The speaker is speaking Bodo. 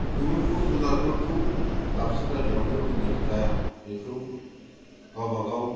गुबुन गुबुन जुनारफोरखौ दाबसे जायगायावनो दोननाय जाया बेखौ गावबा गाव